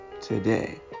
today